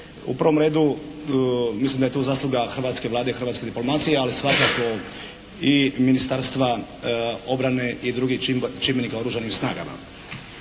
U prvom redu mislim da je tu zasluga hrvatske Vlade i hrvatske diplomacije, ali svakako i Ministarstva obrane i drugih čimbenika u Oružanim snagama.